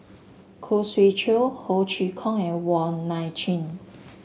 Khoo Swee Chiow Ho Chee Kong and Wong Nai Chin